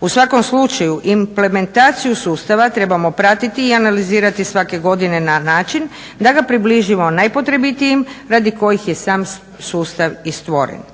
U svakom slučaju implementaciju sustavu trebamo pratiti i analizirati svake godine na način da ga približimo najpotrebitijim radi kojih je sam sustav i stvoren.